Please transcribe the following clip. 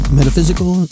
metaphysical